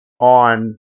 on